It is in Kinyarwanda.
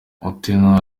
otema